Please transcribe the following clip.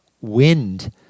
wind